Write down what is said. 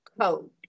code